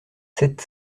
sept